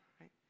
right